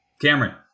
Cameron